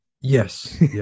yes